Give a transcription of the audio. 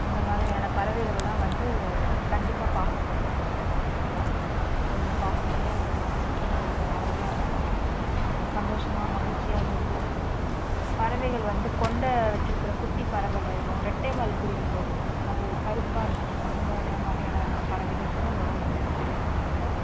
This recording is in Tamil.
இந்தமாதிரியான பறவைகள்லாம் வந்து கண்டிப்பாக பார்க்க முடியும் எங்கள் வீட்டுக்கு பக்கத்தில் அதுங்களை பார்க்கும் போது நமக்கு மனதுக்கும் ஒரு ஆறுதலாக இருக்கும் சந்தோஷமாக மகிழ்ச்சியாகவும் இருக்கும் பறவைகள் வந்து கொண்டை வைச்சிருக்குற குட்டிப்பறவை வரும் ரெட்டை வால் குருவி வரும் அது கருப்பாக இருக்கும் அந்த மாதிரியான பறவைகள் கூட வரும் எங்கள் வீட்டுக்கு பக்கத்தில்